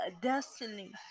destiny